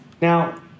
Now